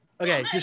Okay